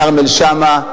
כרמל שאמה,